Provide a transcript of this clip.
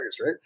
right